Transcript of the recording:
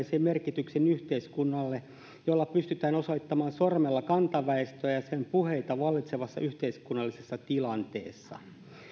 sen merkityksen yhteiskunnalle millä pystytään osoittamaan sormella kantaväestöä ja sen puheita vallitsevassa yhteiskunnallisessa tilanteessa